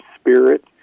spirit